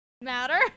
matter